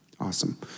awesome